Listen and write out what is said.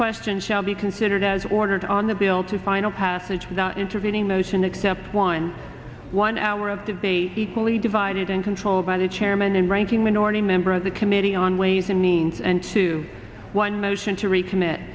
question shall be considered as ordered on the bill to final passage without intervening motion except one one hour of debate equally divided in control by the chairman and ranking minority member of the committee on ways and means and two one motion to recommit